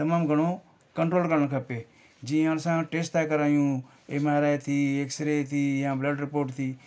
तमामु घणो कंट्रोल करणु खपे जीअं असां टेस्ट था करायूं एम आर आई थी एक्स रे थी या ब्लड रिपोर्ट थी